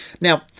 Now